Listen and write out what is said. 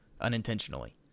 unintentionally